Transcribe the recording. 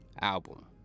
album